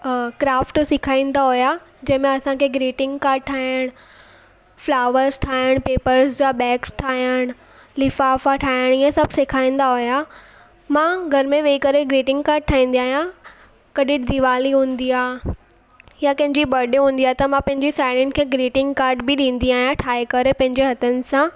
अ craft सेखारींदा हुया जंहिंमें असांखे ग्रीटिंग काड ठाहिणु फलॉवरस ठाहिणु पेपरस जा बैग ठाहिणु लिफ़ाफ़ा ठाहिणु इअ सभु सेखारींदा हुया मां घर में वेही करे ग्रीटिंग काड ठाहींदी आहियां कॾहिं दीवाली हूंदी आहे या कंहिंजी बडे हूंदी आहे त मां पंहिंजी साहिड़ियुनि खे ग्रीटिंग काड बि ॾींदी आहियां ठाहे करे पंहिंजे हथनि सां